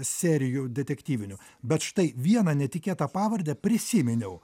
serijų detektyvinių bet štai vieną netikėtą pavardę prisiminiau